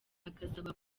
agasaba